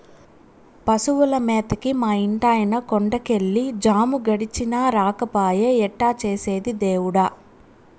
పశువుల మేతకి మా ఇంటాయన కొండ కెళ్ళి జాము గడిచినా రాకపాయె ఎట్టా చేసేది దేవుడా